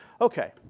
Okay